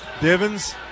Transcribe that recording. Divins